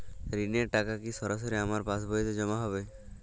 ঋণের টাকা কি সরাসরি আমার পাসবইতে জমা হবে?